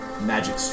magic